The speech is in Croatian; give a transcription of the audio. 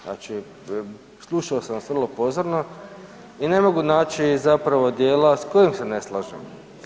Znači slušao sam vas vrlo pozorno i ne mogu naći zapravo djela s kojim se ne slažem.